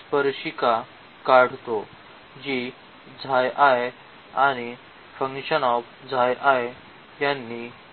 स्पर्शिका काढतो जी आणि यांनी दिली आहे